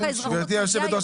גברתי יושבת הראש,